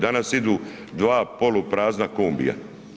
Danas idu 2 poluprazna kombija.